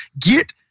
get